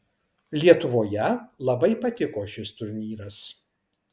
lietuvoje labai patiko šis turnyras